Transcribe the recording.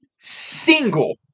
single